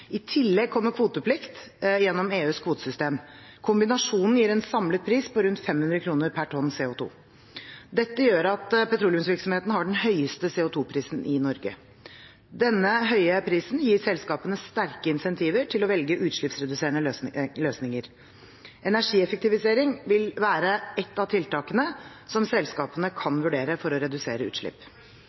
I tillegg kommer kvoteplikt gjennom EUs kvotesystem. Kombinasjonen gir en samlet pris på rundt 500 kr per tonn CO2. Dette gjør at petroleumsvirksomheten har den høyeste CO2-prisen i Norge. Denne høye prisen gir selskapene sterke incentiver til å velge utslippsreduserende løsninger. Energieffektivisering vil være et av tiltakene som selskapene kan vurdere for å redusere utslipp.